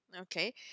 Okay